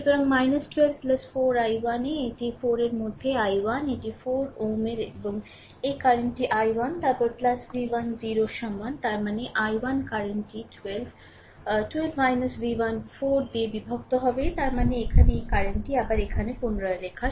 সুতরাং 12 4 i1 এ এটি 4 এর মধ্যে i1 এটি 4 Ω এবং এই কারেন্টটি i1 তারপর v1 0 এর সমান তার মানে i1 কারেন্টটি 12 12 v1 4 দিয়ে বিভক্ত হবে তার মানে এখানে এই কারেন্টটি আবার এখানে পুনরায় লেখা